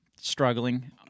struggling